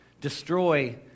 destroy